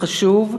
חשוב,